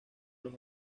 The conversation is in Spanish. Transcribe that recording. los